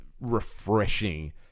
refreshing